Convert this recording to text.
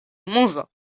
muzo